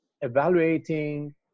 evaluating